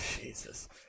Jesus